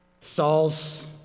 Saul's